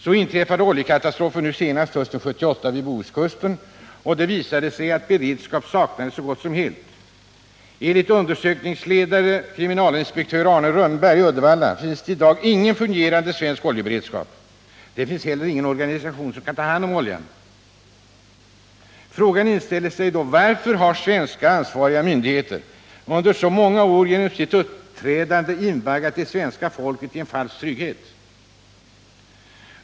Så inträffade den senaste oljekatastrofen hösten 1978 vid Bohuskusten, och det visade sig att beredskap saknades så gott som helt. Enligt undersökningsledaren, kriminalinspektör Arne Rönnberg, Uddevalla, finns det i dag ingen fungerande svensk oljeberedskap. Det finns heller ingen organisation som kan ta hand om oljan. Frågan inställer sig då: Varför har svenska ansvariga myndigheter under så många år genom sitt uppträdande invaggat det svenska folket i en falsk trygghet?